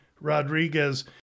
Rodriguez